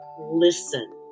listen